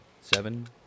Seven